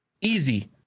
Easy